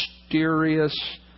mysterious